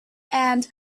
and